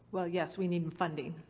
well, yes. we need and funding.